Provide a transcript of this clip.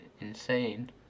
insane